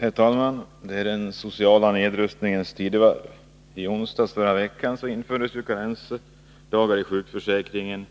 Herr talman! Det är den sociala nedrustningens tidevarv. I onsdags i förra veckan infördes karensdagar i sjukförsäkringen,